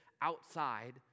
outside